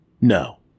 No